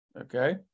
okay